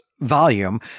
volume